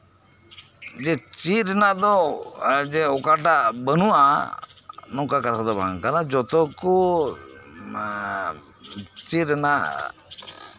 ᱡᱮ ᱪᱮᱫ ᱨᱮᱱᱟᱜ ᱫᱚ ᱡᱮ ᱚᱠᱟᱴᱟᱜ ᱵᱟᱱᱩᱜᱼᱟ ᱱᱚᱝᱠᱟ ᱠᱟᱛᱷᱟ ᱫᱚ ᱵᱟᱝ ᱠᱟᱱᱟ ᱡᱚᱛᱚ ᱠᱚ ᱮᱸᱜ ᱪᱮᱫ ᱨᱮᱱᱟᱜ